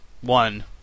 One